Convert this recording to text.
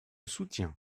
soutien